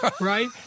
right